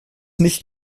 nicht